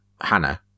hannah